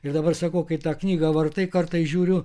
ir dabar sakau kai tą knygą vartai kartais žiūriu